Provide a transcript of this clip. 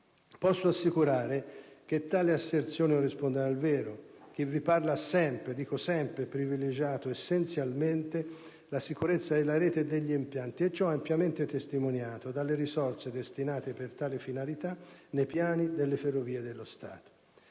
Posso assicurare che tali asserzioni non rispondono al vero. Chi vi parla ha sempre, dico sempre, privilegiato essenzialmente la sicurezza della rete e degli impianti e ciò è ampiamente testimoniato dalle risorse destinate a tali finalità nei piani delle Ferrovie dello Stato.